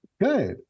good